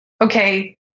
okay